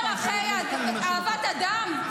--- אלו ערכי אהבת אדם?